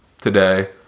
today